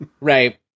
Right